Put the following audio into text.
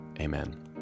Amen